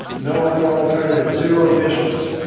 no other alternative, zero emissions!